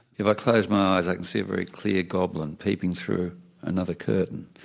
if i close my eyes i can see a very clear goblin peeping through another curtain,